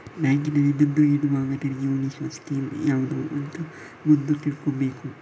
ಬ್ಯಾಂಕಿನಲ್ಲಿ ದುಡ್ಡು ಇಡುವಾಗ ತೆರಿಗೆ ಉಳಿಸುವ ಸ್ಕೀಮ್ ಯಾವ್ದು ಅಂತ ಮೊದ್ಲು ತಿಳ್ಕೊಬೇಕು